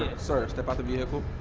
sir, step out the vehicle.